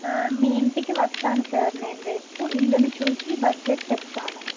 మీ ఇంటికి వస్తాను సార్ నేను రేపు ఇల్లుని చూసి బడ్జెట్ చెప్తాను